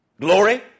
Glory